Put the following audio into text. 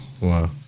Wow